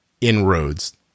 inroads